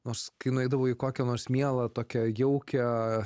nors kai nueidavau į kokią nors mielą tokią jaukią